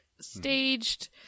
staged